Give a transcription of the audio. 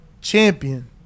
Champion